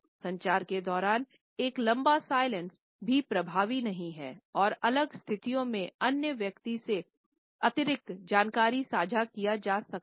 संचार के दौरान एक लंबा साइलेंस भी प्रभावी नहीं हैं और अलग स्थितियों में अन्य व्यक्ति से अतिरिक्त जानकारी साझा किया जा सकती हैं